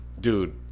dude